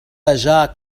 جاك